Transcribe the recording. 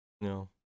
No